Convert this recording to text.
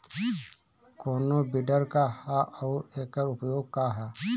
कोनो विडर का ह अउर एकर उपयोग का ह?